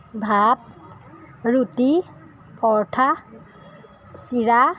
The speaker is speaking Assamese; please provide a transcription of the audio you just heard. ভাত ৰুটি পৰঠা চিৰা